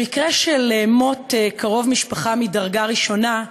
במקרה של מות קרוב משפחה מדרגה ראשונה,